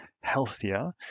healthier